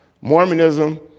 Mormonism